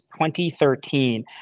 2013